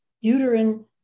uterine